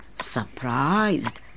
surprised